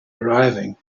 arriving